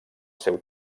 seu